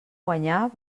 guanyar